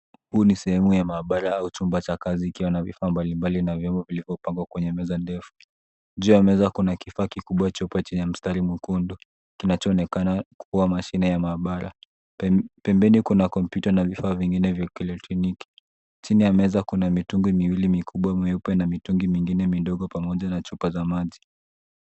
Huu ni sehemu ya maabara au chumba cha kazi ikiwa na vifaa mbalimbali na vyombo vilivyo pangwa kwenye meza ndefu. Juu ya meza kuna kifaa kikubwa chupa chenye mstari mwekundu kinachoonekana kuwa mashine ya maabara. Pembeni kuna kompyuta na vifaa vingine vya kielektroniki. Chini ya meza kuna mitungi miwili mikubwa mieupe na mitungi mingine midogo pamoja na chupa za maji.